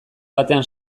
batean